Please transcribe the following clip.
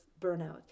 burnout